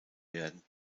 werden